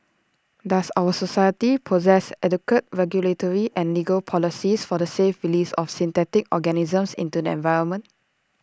does our society possess adequate regulatory and legal policies for the safe release of synthetic organisms into the environment